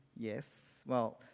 yes, well